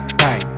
bang